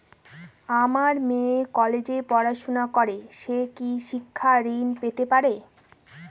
আমার মেয়ে কলেজে পড়াশোনা করে সে কি শিক্ষা ঋণ পেতে পারে?